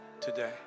today